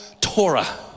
Torah